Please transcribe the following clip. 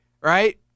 right